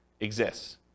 exists